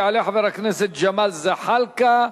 יעלה חבר הכנסת ג'מאל זחאלקה.